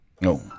no